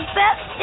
best